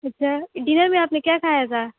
اچھا ڈینر میں آپ نے کیا کھایا تھا